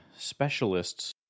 Specialists